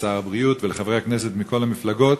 לשר הבריאות ולחברי הכנסת מכל המפלגות